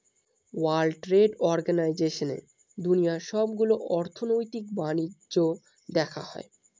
world trade অর্গানাইজেশনে দুনিয়ার সবগুলো অর্থনৈতিক বাণিজ্য দেখা হয়